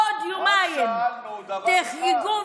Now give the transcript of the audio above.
עוד יומיים תחגגו,